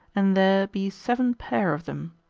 and there be seven pair of them.